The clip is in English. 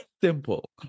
simple